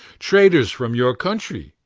traders from your country,